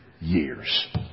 years